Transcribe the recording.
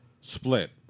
split